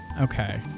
Okay